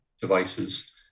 devices